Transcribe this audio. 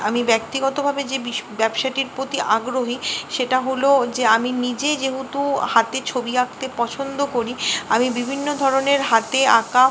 আমি ব্যক্তিগতভাবে যে ব্যবসাটির প্রতি আগ্রহী সেটা হলো যে আমি নিজে যেহেতু হাতে ছবি আঁকতে পছন্দ করি আমি বিভিন্ন ধরনের হাতে আঁকা